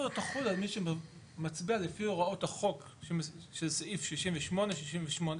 תחול על מי שמצביע לפי הוראות החוק של סעיף 68 א',